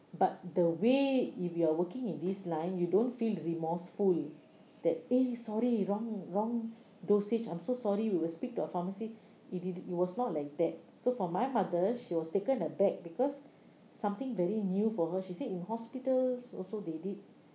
but the way if you are working in this line you don't feel remorseful that eh sorry wrong wrong dosage I'm so sorry we will speak to a pharmacy it it it was not like that so for my mother she was taken aback because something very new for her she said in hospitals also they did